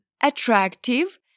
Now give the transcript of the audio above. attractive